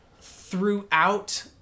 throughout